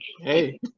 Hey